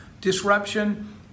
disruption